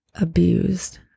abused